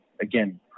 again